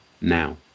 now